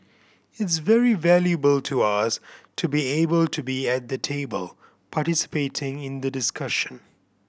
it's very valuable to us to be able to be at the table participating in the discussion